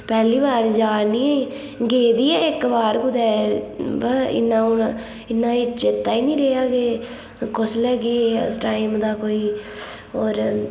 पैह्ली बारी जा'रनी गेदी ऐ इक बार कुतै बो इन्ना हुन इन्ना चेत्ता गै निं रेहा कि कुसलै गे हे उस टाइम दा कोई होर